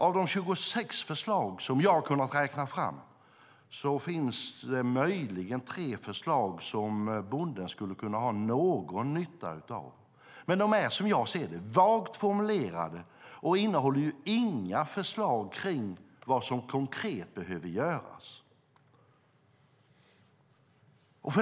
Av de 26 förslag jag har kunnat räkna fram finns det möjligen tre som bonden skulle kunna ha någon nytta av. Men de är som jag ser det vagt formulerade och innehåller inga förslag på vad som konkret behöver göras.